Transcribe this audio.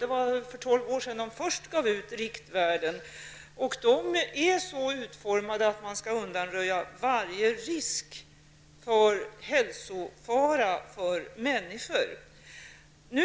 Det var för tolv år sedan de först gav riktvärden, och de är så utformade att man skall undanröja varje risk för hälsofara för människor.